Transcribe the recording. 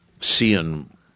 seeing